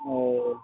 ओ